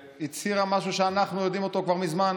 והצהירה משהו שאנחנו יודעים אותו כבר מזמן.